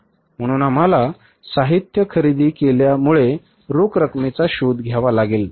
म्हणून आम्हाला साहित्य खरेदी केल्यामुळे रोख रकमेचा शोध घ्यावा लागेल